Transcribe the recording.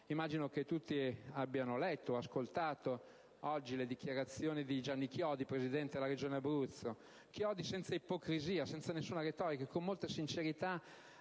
Immagino che tutti abbiamo letto o ascoltato, oggi, le dichiarazioni di Gianni Chiodi, presidente della Regione Abruzzo. Chiodi senza ipocrisia e retorica e con molta sincerità